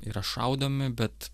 yra šaudomi bet